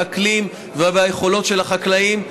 באקלים וביכולות של החקלאים,